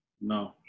No